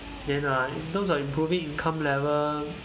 then ah in terms of improving income level